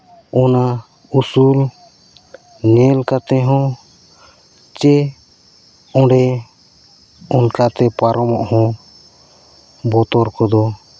ᱚᱱᱟ ᱩᱥᱩᱞ ᱧᱮᱞ ᱠᱟᱛᱮ ᱦᱚᱸ ᱪᱮ ᱚᱸᱰᱮ ᱚᱱᱠᱟᱛᱮ ᱯᱟᱨᱚᱢᱚᱜ ᱦᱚᱸ ᱵᱚᱛᱚᱨ ᱠᱚᱫᱚ